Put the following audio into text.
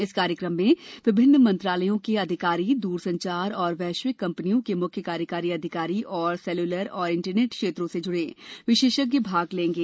इस कार्यक्रम में विभिन्न मंत्रालयों के अधिकारी दूरसंचार और वैश्विक कंपनियों के मुख्य कार्यकारी अधिकारी और सैल्यूलर एवं इंटरनेट क्षेत्रों से जुड़े विशेषज्ञ भाग लेंगे